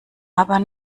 aber